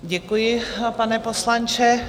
Děkuji, pane poslanče.